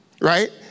Right